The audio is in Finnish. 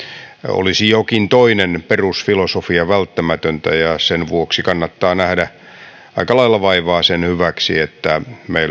olisi jokin toinen perusfilosofia välttämätöntä ja sen vuoksi kannattaa nähdä aika lailla vaivaa sen hyväksi että meillä on